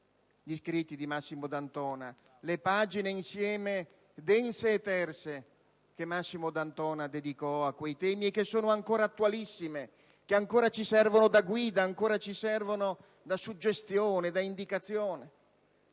gli scritti di Massimo D'Antona, le pagine insieme dense e terse che Massimo D'Antona dedicò a quei temi e che sono ancora attualissime e ci servono da guida, da suggestione e indicazione.